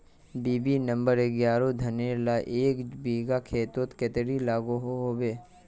BB number एगारोह धानेर ला एक बिगहा खेतोत कतेरी लागोहो होबे?